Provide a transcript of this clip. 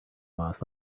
boss